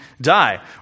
die